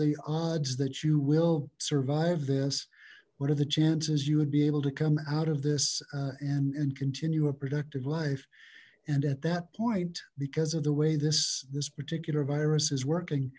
the odds that you will survive this what are the chances you would be able to come out of this and and continue a productive life and at that point because of the way this this particular virus is working